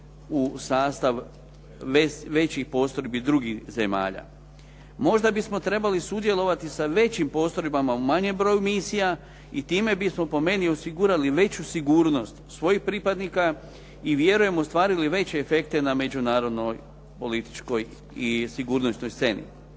u sastav većih postrojbi drugih zemalja. Možda bismo trebali sudjelovati sa većim postrojbama u manjem broju misija i time bismo po meni osigurali veću sigurnost svojih pripadnika i vjerujem ostvarili veće efekte na međunarodnoj političkoj i sigurnosnoj sceni.